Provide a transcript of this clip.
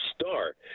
star